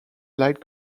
light